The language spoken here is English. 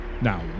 Now